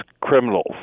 criminals